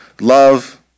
love